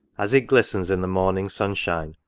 as it glistens in the morning sunshine,